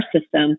system